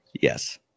Yes